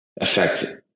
affect